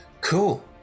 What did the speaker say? Cool